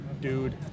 dude